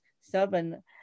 seven